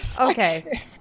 okay